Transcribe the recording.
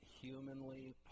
humanly